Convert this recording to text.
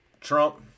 Trump